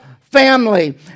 family